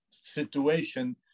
situation